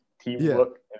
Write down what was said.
teamwork